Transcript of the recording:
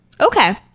Okay